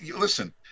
Listen